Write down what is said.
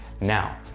Now